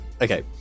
Okay